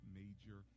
major